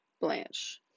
Blanche